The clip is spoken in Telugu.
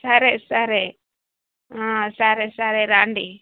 సరే సరే సరే సరే రాండి